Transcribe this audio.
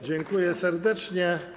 Dziękuję serdecznie.